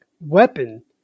weapon